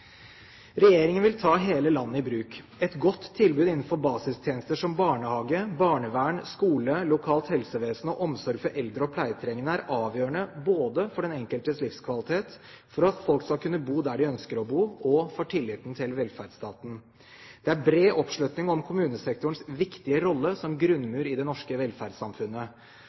Regjeringen vil ta hele landet i bruk. Et godt tilbud innenfor basistjenester som barnehage, barnevern, skole, lokalt helsevesen og omsorg for eldre og pleietrengende er avgjørende både for den enkeltes livskvalitet, for at folk skal kunne bo der de ønsker å bo, og for tilliten til velferdsstaten. Det er bred oppslutning om kommunesektorens viktige rolle som grunnmur i det norske velferdssamfunnet.